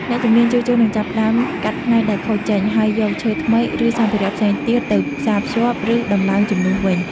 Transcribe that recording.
អ្នកជំនាញជួសជុលនឹងចាប់ផ្ដើមកាត់ផ្នែកដែលខូចចេញ ហើយយកឈើថ្មី ឬសម្ភារៈផ្សេងទៀតទៅផ្សាភ្ជាប់ ឬដំឡើងជំនួសវិញ។